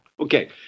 Okay